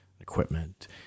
equipment